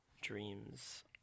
Dreams